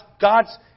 God's